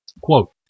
Quote